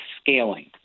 scaling